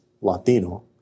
Latino